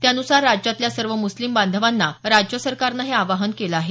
त्यानुसार राज्यातल्या सर्व मुस्लिम बांधवांना राज्य सरकारनं हे आवाहन केलं आहे